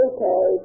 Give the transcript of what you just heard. Okay